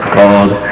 called